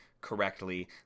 correctly